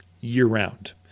year-round